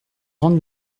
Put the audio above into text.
grande